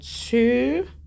two